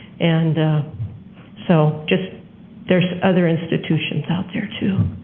and so just there's other institutions out there too.